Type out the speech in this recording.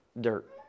dirt